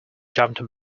jumped